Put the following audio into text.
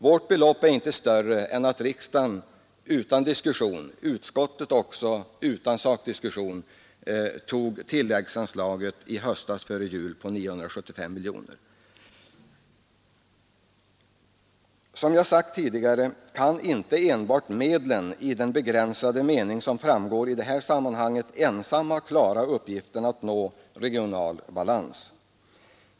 Den av oss föreslagna höjningen för femårsperioden är inte större än att riksdagen i höstas utan diskussion beslutade bifalla den för att upprätthålla AMS:s aktivitet. Som jag sagt tidigare kan inte medlen, i den begränsade mening som framgår i det här sammanhanget, ensamma klara uppgiften att nå regional balans.